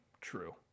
true